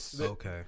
okay